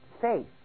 faith